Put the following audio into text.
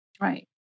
Right